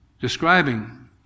Describing